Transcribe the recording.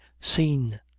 seen